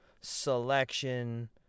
selection